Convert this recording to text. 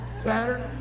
Saturday